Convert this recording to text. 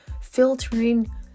filtering